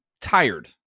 tired